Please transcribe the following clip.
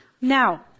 Now